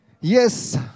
Yes